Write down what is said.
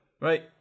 right